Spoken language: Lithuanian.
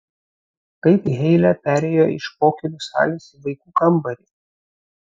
kaip heile perėjo iš pokylių salės į vaikų kambarį